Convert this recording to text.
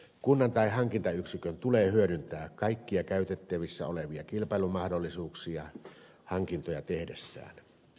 kunnan tai hankintayksikön tulee hyödyntää kaikkia käytettävissä olevia kilpailumahdollisuuksia hankintoja tehdessään